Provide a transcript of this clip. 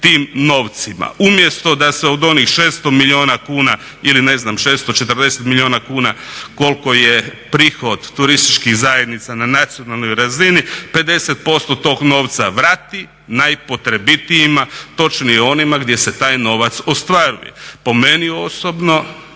tim novcima. Umjesto da se od onih 600 milijuna kuna ili ne znam 640 milijuna kuna koliko je prihod turističkih zajednica na nacionalnoj razini 50% tog novca vrati najpotrebitijima točnije onima gdje se taj novac ostvaruje. Po meni osobno,